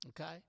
okay